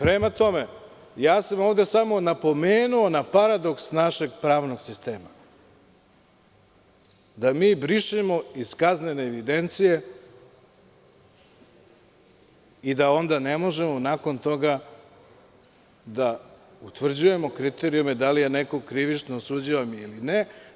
Prema tome, ja sam ovde samo napomenuo kao paradoks našeg pravnog sistema, da mi brišemo iz kaznene evidencije i da onda ne možemo nakon toga da utvrđujemo kriterijume da li je neko krivično osuđivan ili ne.